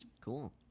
Cool